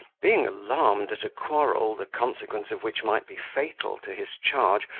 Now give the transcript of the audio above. being alarmed at a quarrel, the consequence of which might be fatal to his charge,